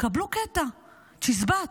קבלו קטע, צ'יזבט,